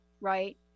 right